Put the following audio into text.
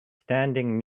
standing